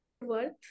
worth